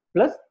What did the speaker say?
Plus